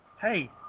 hey